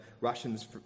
Russians